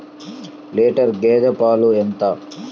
Litre గేదె పాలు ఎంత?